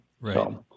Right